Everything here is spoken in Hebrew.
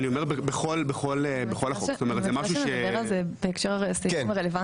אני רוצה שנדבר על זה בהקשר לסעיפים הרלוונטיים?